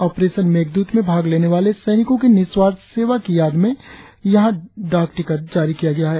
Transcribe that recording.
operation मेगद्रत में भाग लेने वाले सैनिको की निस्वार्थ सेवा की याद में यहडाक टिकट जारी किया गया है